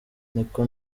niko